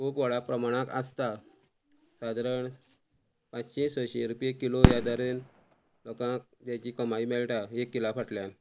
खूब व्हडा प्रमाणांत आसता सादारण पांचशी सशे रुपये किलो ह्या धरेन लोकांक हेची कमाय मेळटा एक किला फाटल्यान